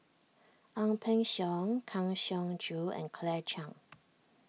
Ang Peng Siong Kang Siong Joo and Claire Chiang